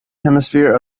hemisphere